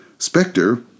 Spectre